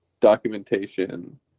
documentation